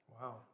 Wow